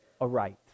aright